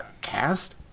cast